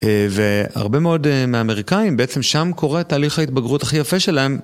והרבה מאוד מהאמריקאים בעצם שם קורה תהליך ההתבגרות הכי יפה שלהם.